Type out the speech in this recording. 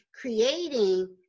creating